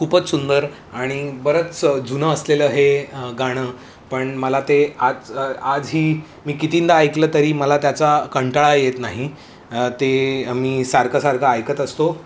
खूपच सुंदर आणि बरंच जुनं असलेलं हे गाणं पण मला ते आज आजही मी कितींदा ऐकलं तरी मला त्याचा कंटाळा येत नाही ते मी सारखं सारखं ऐकत असतो